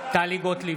בעד טלי גוטליב,